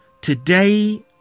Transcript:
today